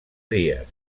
dies